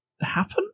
happen